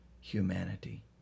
humanity